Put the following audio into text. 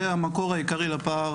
זה המקור העיקרי לפער.